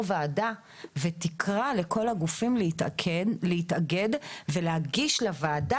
וועדה ותקרא לכל הגופים להתאגד ולהגיש לוועדה